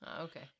okay